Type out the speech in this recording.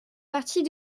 partie